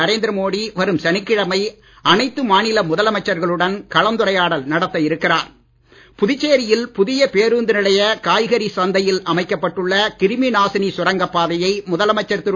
நரேந்திர மோடி சனிக்கிழமை அனைத்து மாநில முதலமைச்சர்களுடன் வரும் கலந்துரையாடல் நடத்த இருக்கிறார் புதுச்சேரியில் புதிய பேருந்து நிலையக் காய்கறி சந்தையில் அமைக்கப்பட்டுள்ள கிருமி நாசினி சுரங்கப் பாதையை முதலமைச்சர் திரு